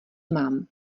mám